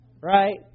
Right